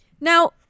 now